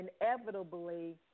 inevitably